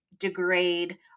degrade